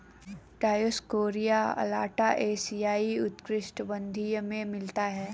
Dioscorea alata एशियाई उष्णकटिबंधीय में मिलता है